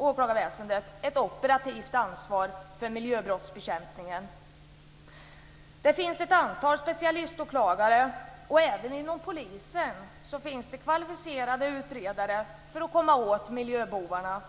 åklagarväsendet ett operativt ansvar för miljöbrottsbekämpningen. Det finns ett antal specialiståklagare, och även inom polisen finns det kvalificerade utredare för att komma åt miljöbovarna.